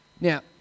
Now